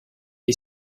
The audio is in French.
est